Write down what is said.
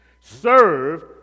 serve